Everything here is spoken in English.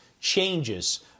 changes